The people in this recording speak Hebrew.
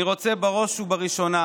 בראש ובראשונה